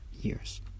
years